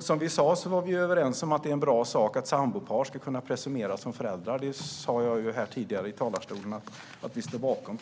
Som har sagts var vi överens om att det är bra att sambopar ska kunna presumeras vara föräldrar. Det sa jag tidigare i talarstolen att vi står bakom.